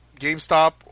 GameStop